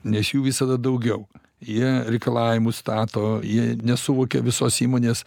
nes jų visada daugiau jie reikalavimus stato jie nesuvokia visos įmonės